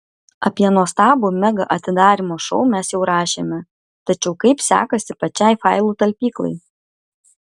apie nuostabų mega atidarymo šou mes jau rašėme tačiau kaip sekasi pačiai failų talpyklai